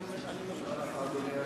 אני מודה לך, אדוני היושב-ראש.